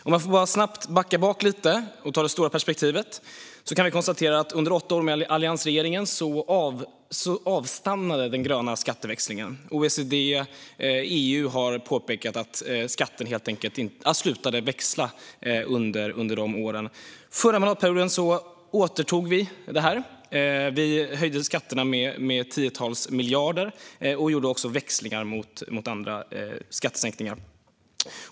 Om jag snabbt får backa tillbaka lite till det stora perspektivet kan vi konstatera att under åtta år med alliansregeringen avstannade den gröna skatteväxlingen. OECD och EU har påpekat att skatten slutade att växla under de åren. Under den förra mandatperioden återtog vi detta. Vi höjde skatterna med tiotals miljarder och gjorde växlingar mot sänkningar av andra skatter.